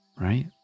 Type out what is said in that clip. right